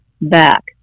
back